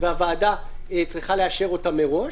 והוועדה צריכה לאשר אותה מראש.